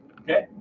Okay